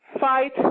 Fight